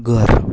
ઘર